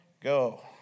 Go